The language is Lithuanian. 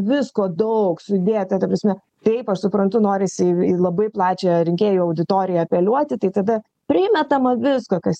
visko daug sudėta ta prasme taip aš suprantu norisi labai plačią rinkėjų auditoriją apeliuoti tai tada primetama visko kas